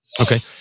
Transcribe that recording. Okay